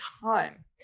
time